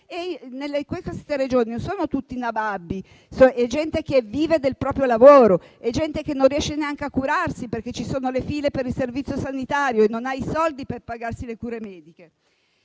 In queste Regioni non sono tutti i nababbi; c'è gente che vive del proprio lavoro, che non riesce neanche a curarsi, perché ci sono le file per il servizio sanitario e non ha i soldi per pagarsi le cure mediche.